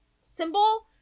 symbol